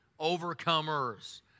overcomers